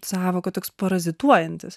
sąvoka toks parazituojantis